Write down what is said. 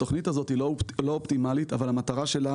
התוכנית הזאת היא לא אופטימלית אבל המטרה שלה